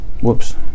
Whoops